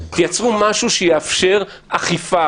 תייצרו משהו שיאפשר אכיפה.